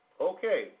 Okay